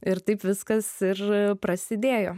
ir taip viskas ir prasidėjo